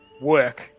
work